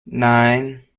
nine